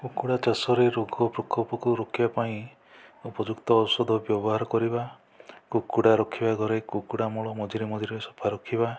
କୁକୁଡ଼ା ଚାଷରେ ରୋଗ ପୋକ ଫୋକ ରୋକିବା ପାଇଁ ଉପଯୁକ୍ତ ଔଷଧ ବ୍ୟବହାର କରିବା କୁକୁଡ଼ା ରଖିବା ଘରେ କୁକୁଡ଼ା ମଳ ମଝିରେ ମଝିରେ ସଫା ରଖିବା